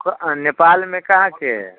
के नेपालमे कहाँके